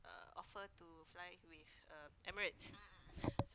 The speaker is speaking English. uh offer to fly with uh Emirates so